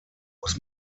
muss